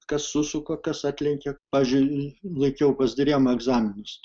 kas susuka kas atlenkia pavyzdžiui laikiau pas drėmą egzaminus